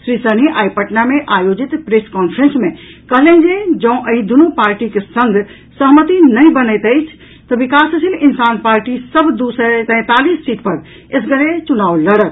श्री सहनी आइ पटना मे आयोजित प्रेस कांफ्रेंस मे कहलनि जे जँड एहि दूनु पार्टीक संग सहमति नहि बनैत अछि तँ विकासशील इंसान पार्टी सभ दू सय तैंतालीस सीट पर एसगरे चुनाव लड़त